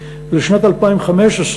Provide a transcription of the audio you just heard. ולשנת 2015,